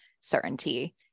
certainty